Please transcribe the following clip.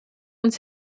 uns